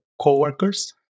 coworkers